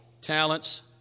talents